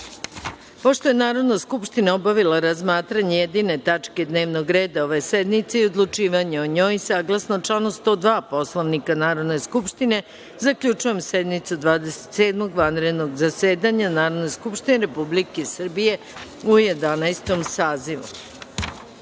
je Narodna skupština obavila razmatranje jedine tačke dnevnog reda ove sednice i odlučivanje o njoj, saglasno članu 102. Poslovnika Narodne skupštine, zaključujem sednicu Dvadeset sedmog vanrednog zasedanja Narodne skupštine Republike Srbije u Jedanaestom